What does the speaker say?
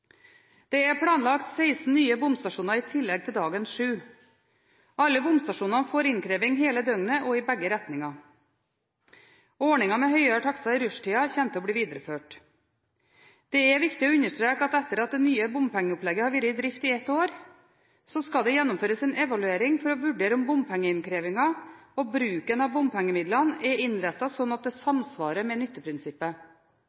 Det er planlagt 16 nye bomstasjoner i tillegg til dagens 7. Alle bomstasjonene får innkreving hele døgnet og i begge retninger. Ordningen med høyere takster i rushtiden kommer til å bli videreført. Det er viktig å understreke at etter at det nye bompengeopplegget har vært i drift i ett år, skal det gjennomføres en evaluering for å vurdere om bompengeinnkrevingen og bruken av bompengemidlene er innrettet slik at det